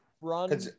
run